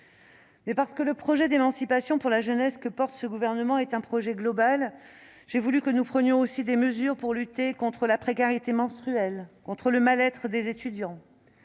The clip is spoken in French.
Parce que le projet d'émancipation pour la jeunesse que défend ce Gouvernement est un projet global, j'ai voulu que nous prenions aussi des mesures pour lutter contre la précarité menstruelle, contre le mal-être des étudiants.